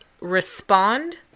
respond